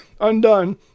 undone